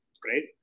great